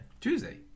Tuesday